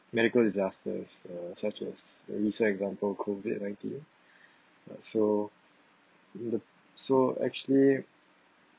medical disasters uh such as when we say example COVID nineteen uh so the so actually